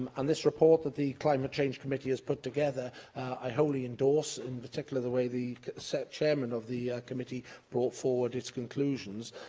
um and this report that the climate change committee has put together i wholly endorse, in particular the way the chairman of the committee brought forward its conclusions.